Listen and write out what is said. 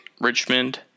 Richmond